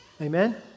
amen